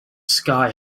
sky